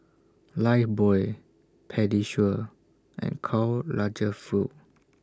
Lifebuoy Pediasure and Karl Lagerfeld